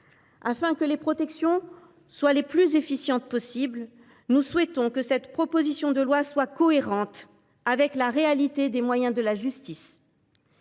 Afin que la protection soit la plus efficiente possible, nous souhaitons que la présente proposition de loi soit cohérente avec la réalité des moyens dont dispose